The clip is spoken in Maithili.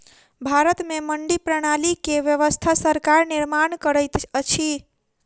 भारत में मंडी प्रणाली के व्यवस्था सरकार निर्माण करैत अछि